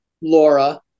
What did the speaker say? Laura